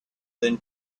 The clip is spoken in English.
than